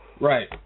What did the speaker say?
Right